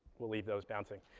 we'll leave those bouncing.